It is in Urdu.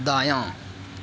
دایاں